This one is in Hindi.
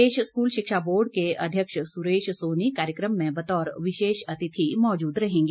प्रदेश स्कूल शिक्षा बोर्ड के अध्यक्ष सुरेश सोनी कार्यक्रम में विशेष अतिथि के तौर पर मौजूद रहेंगे